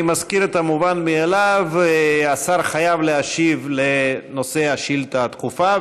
אני מזכיר את המובן מאליו: השר חייב להשיב בנושא השאילתה הדחופה,